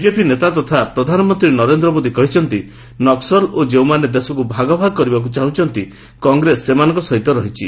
BJP ନେତା ତଥା ପ୍ରଧାନମନ୍ତ୍ରୀ ନରେନ୍ଦ୍ର ମୋଦି କହିଛନ୍ତି ନକ୍କଲ୍ ଏବଂ ଯେଉଁମାନେ ଦେଶକୁ ଭାଗ ଭାଗ କରିବାକୁ ଚାହୁଁଛନ୍ତି କଂଗ୍ରେସ ସେମାନଙ୍କ ସହିତ ରହିଛି